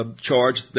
charged